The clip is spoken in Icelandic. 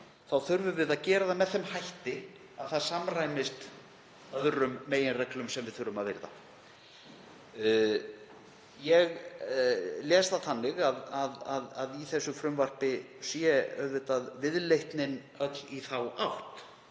þurfum við að gera það með þeim hætti að það samræmist öðrum meginreglum sem við þurfum að virða. Ég les það þannig að í frumvarpinu sé viðleitnin öll í þá átt.